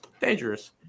Dangerous